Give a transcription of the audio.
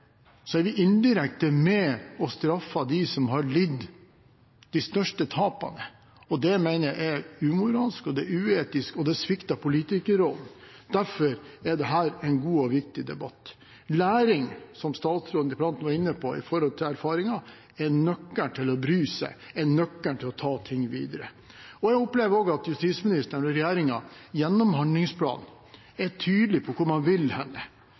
er vi indirekte med og straffer dem som har lidd de største tapene, og det mener jeg er umoralsk, det er uetisk, og det svikter politikerrollen. Derfor er dette en god og viktig debatt. Læring, som statsråden og interpellanten var inne på når det gjelder erfaring, er nøkkelen til å bry seg, nøkkelen til å ta ting videre. Jeg opplever også at justisministeren og regjeringen gjennom handlingsplanen er tydelig på hvor man vil